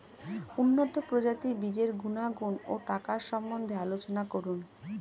উন্নত প্রজাতির বীজের গুণাগুণ ও টাকার সম্বন্ধে আলোচনা করুন